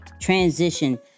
transition